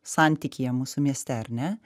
santykyje mūsų mieste ar ne